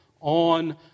on